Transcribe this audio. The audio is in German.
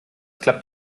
klappt